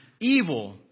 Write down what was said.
evil